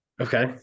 Okay